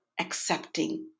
accepting